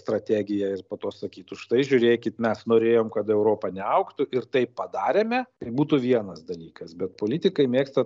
strategiją ir po to sakytų štai žiūrėkit mes norėjom kad europa neaugtų ir tai padarėme tai būtų vienas dalykas bet politikai mėgsta